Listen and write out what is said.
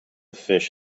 fish